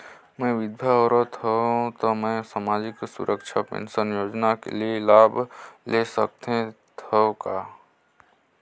मैं विधवा औरत हवं त मै समाजिक सुरक्षा पेंशन योजना ले लाभ ले सकथे हव का?